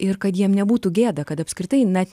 ir kad jiem nebūtų gėda kad apskritai net